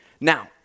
Now